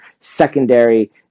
secondary